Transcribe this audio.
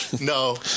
No